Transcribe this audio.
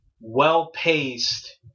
well-paced